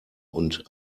und